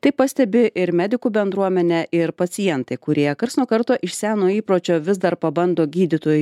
tai pastebi ir medikų bendruomenė ir pacientai kurie karts nuo karto iš seno įpročio vis dar pabando gydytojui